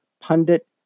Pundit